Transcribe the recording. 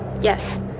Yes